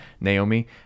Naomi